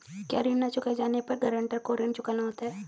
क्या ऋण न चुकाए जाने पर गरेंटर को ऋण चुकाना होता है?